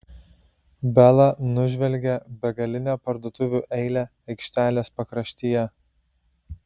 bela nužvelgė begalinę parduotuvių eilę aikštelės pakraštyje